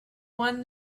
won